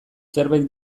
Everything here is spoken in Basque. zerbait